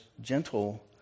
gentle